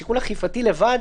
שיקול אכיפתי לבד